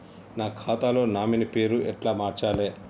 నా ఖాతా లో నామినీ పేరు ఎట్ల మార్చాలే?